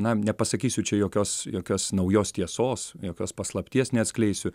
na nepasakysiu čia jokios jokios naujos tiesos jokios paslapties neatskleisiu